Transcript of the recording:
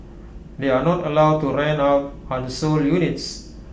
they are not allowed to rent out unsold units